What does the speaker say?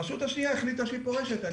הרשות השנייה החליטה שהיא פורשת.